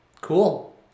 Cool